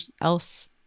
else